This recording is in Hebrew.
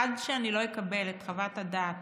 עד שאני לא אקבל את חוות הדעת